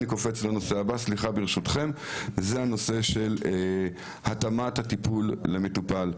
הנושא הבא, ברשותכם, הוא התאמת הטיפול למטופל.